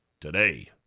today